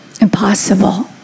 impossible